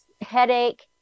headache